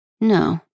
no